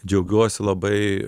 džiaugiuosi labai